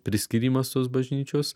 priskyrimas tos bažnyčios